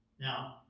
Now